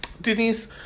Denise